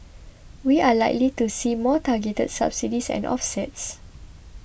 we are likely to see more targeted subsidies and offsets